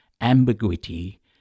ambiguity